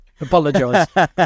Apologise